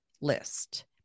list